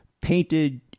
painted